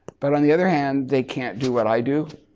but on the other hand they can't do what i do.